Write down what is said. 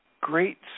Great